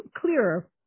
clearer